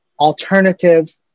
alternative